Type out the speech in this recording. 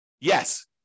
Yes